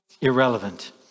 Irrelevant